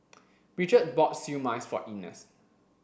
Bridget bought Siew Mai for Ines